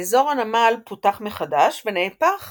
אזור הנמל פותח מחדש ונהפך